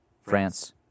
France